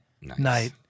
night